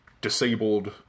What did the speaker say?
Disabled